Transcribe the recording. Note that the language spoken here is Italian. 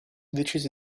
decise